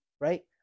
right